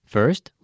First